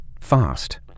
fast